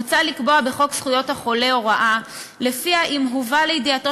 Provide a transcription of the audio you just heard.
מוצע לקבוע בחוק זכויות החולה הוראה שלפיה אם הובא לידיעתו